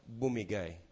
bumigay